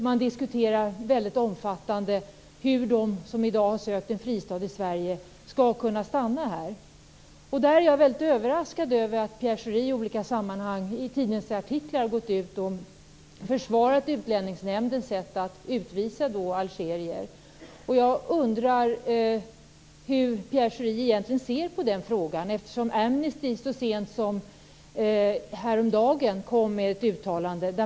Man diskuterar väldigt omfattande hur de som i dag har sökt en fristad i Sverige skall kunna stanna här. Jag är överraskad över att Pierre Schori i tidningsartiklar i olika sammanhang har gått ut och försvarat Utlänningsnämndens sätt att utvisa algerier. Jag undrar hur Pierre Schori egentligen ser på den frågan. Amnesty kom så sent som häromdagen med ett uttalande.